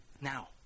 Now